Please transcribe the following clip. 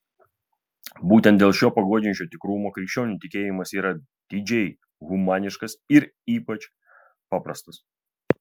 būtent dėl šio paguodžiančio tikrumo krikščionių tikėjimas yra didžiai humaniškas ir ypač paprastas